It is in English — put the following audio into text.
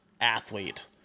athlete